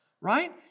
right